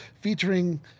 featuring